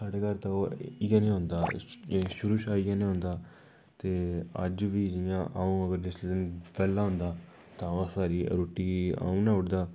साड़े घर ते ओह् इ'यै नेईं होंदा शुरू कशा इ'यै जेहा होंदा ते अज्ज बी जि'यां अ'ऊं अगर जिसले बेल्ला होंदा तां रुट्टी अ'ऊं बनाई ओड़ना